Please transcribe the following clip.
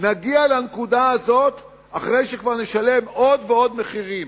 נגיע לנקודה הזאת אחרי שכבר נשלם עוד ועוד מחירים.